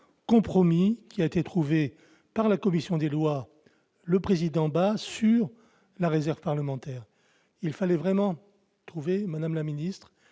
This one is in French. compromis qui a été trouvé par la commission des lois et son président sur la réserve parlementaire. Il fallait vraiment trouver une solution,